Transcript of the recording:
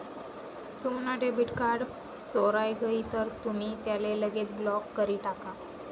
तुम्हना debit card चोराय गय तर तुमी त्याले लगेच ब्लॉक करी टाका